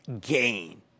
gain